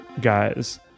guys